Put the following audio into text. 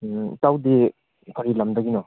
ꯏꯇꯥꯎꯗꯤ ꯀꯔꯤ ꯂꯝꯗꯒꯤꯅꯣ